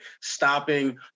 stopping